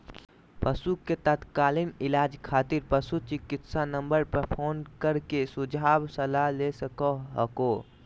पशु के तात्कालिक इलाज खातिर पशु चिकित्सा नम्बर पर फोन कर के सुझाव सलाह ले सको हखो